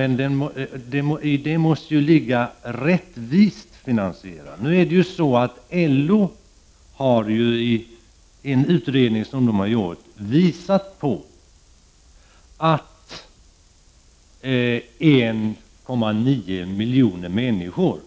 I detta måste dock inbegripas en rättvis finansiering. LO har i en utredning visat att 1,9 miljoner människor